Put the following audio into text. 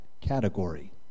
category